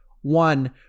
one